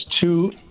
two